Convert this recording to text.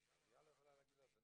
אני